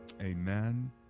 Amen